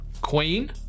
Queen